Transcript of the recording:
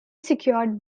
secured